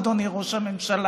אדוני ראש הממשלה.